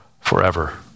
forever